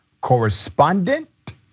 correspondent